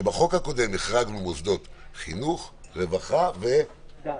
שבחוק הקודם החרגנו מוסדות חינוך, רווחה ודת.